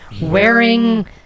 wearing